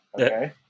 Okay